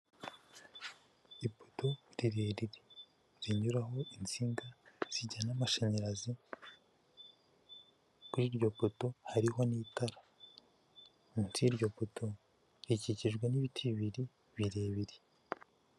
Ipoto rirerire rinyuraho insinga zijyana amashanyarazi kuri iryo poto hariho n'itara munsi y'iryo poto rikikijwe n'ibiti bibiri birebire.